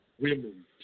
women